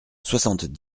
soixante